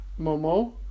Momo